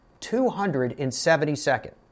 272nd